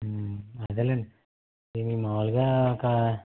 అదే లేండి దీనికి మామూలుగా ఒక